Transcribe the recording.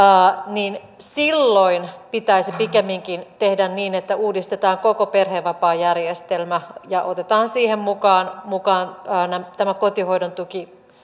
niin silloin pitäisi pikemminkin tehdä niin että uudistetaan koko perhevapaajärjestelmä ja otetaan siihen mukaan mukaan tämä kotihoidon tuki